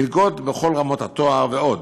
מלגות בכל רמות התואר ועוד.